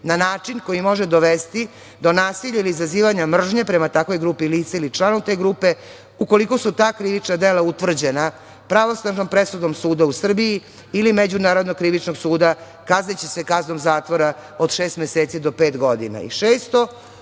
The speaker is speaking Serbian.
na način koji može dovesti do nasilja ili izazivanja mržnje prema takvoj grupi lica ili članu te grupe, ukoliko su takva krivična dela utvrđena pravosnažnom presudom suda u Srbiji ili međunarodno-krivičnog suda, kazniće se kaznom zatvora od šest meseci do pet godina. Tačka